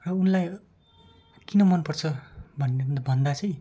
र उनलाई किन मन पर्छ भनिन भन्दा चाहिँ